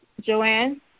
Joanne